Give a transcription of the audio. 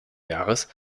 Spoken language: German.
jahres